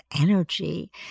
energy